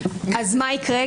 אז מה יקרה?